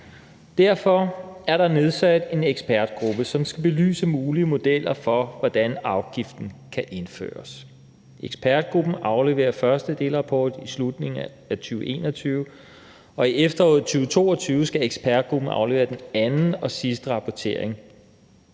Derfor er der nedsat en ekspertgruppe, som skal belyse mulige modeller for, hvordan afgiften kan indføres. Ekspertgruppen afleverer første delrapport i slutningen af 2021, og i efteråret 2022 skal ekspertgruppen aflevere den anden og sidste rapportering.